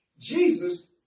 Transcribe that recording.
Jesus